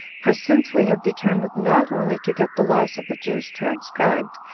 for since we have determined not only to get the laws of the jews transcribed,